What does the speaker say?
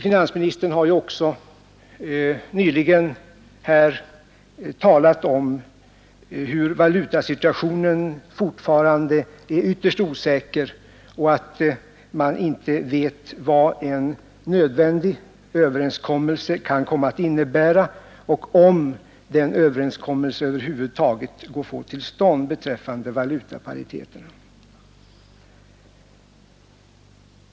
Finansministern har ju också nyss här talat om att valutasituationen fortfarande är ytterst osäker och att man inte vet vad en nödvändig överenskommelse beträffande valutapariteterna kan komma att innebära, om den överenskommelsen i nuvarande läge över huvud taget går att få till stånd.